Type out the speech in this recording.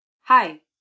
Hi